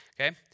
okay